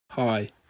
Hi